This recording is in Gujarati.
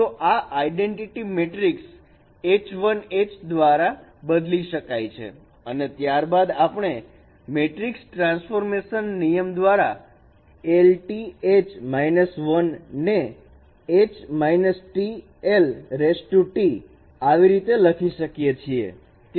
તો આ આઇડેન્ટિટી મેટ્રિકસ H 1H દ્વારા બદલી શકાય છે અને ત્યારબાદ આપણે મેટ્રિક્સ ટ્રાન્સફોર્મેશનલ નિયમ દ્વારા L T H 1 ને T આવી રીતે લખી શકીએ છીએ